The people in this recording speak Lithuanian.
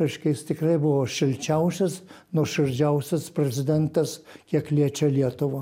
reiškia jis tikrai buvo šilčiausias nuoširdžiausias prezidentas kiek liečia lietuvą